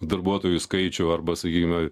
darbuotojų skaičių arba sakykime